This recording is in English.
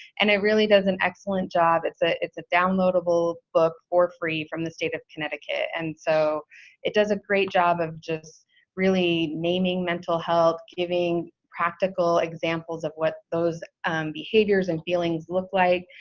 and it really does an excellent job. it's ah it's a downloadable book for free from the state of connecticut, and so it does a great job of just really naming mental health, giving practical examples of what those behaviors and feelings look like,